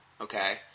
okay